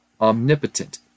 omnipotent